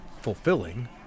fulfilling